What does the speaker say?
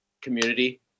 community